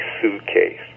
suitcase